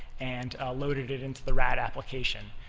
and loaded it into the rad application.